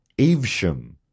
Evesham